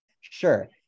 sure